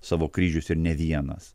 savo kryžius ir ne vienas